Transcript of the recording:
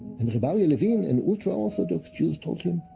and jabalia levine and ultra-orthodox jews told him,